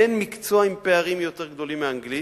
אין מקצוע עם פערים יותר גדולים מאנגלית,